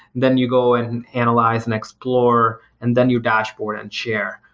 then you go and analyze and explore, and then you dashboard and share.